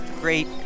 great